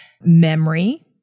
memory